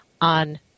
on